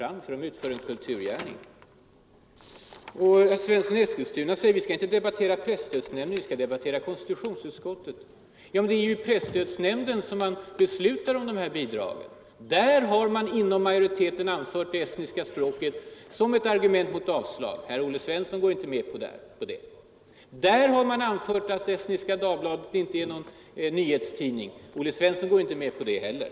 Herr Svensson i Eskilstuna säger att vi inte skall debattera presstödsnämnden utan vad konstitutionsutskottets majoritet anser. Ja, men det är ju i presstödsnämnden som man beslutar om dessa bidrag! Där har majoriteten anfört det förhållandet att tidningen utkommer på estniska språket som ett argument för avslag. Herr Olle Svensson tycker inte så i dag. Presstödsnämnden har anfört att Estniska Dagbladet inte är någon nyhetstidning. Herr Olle Svensson går inte med på det heller.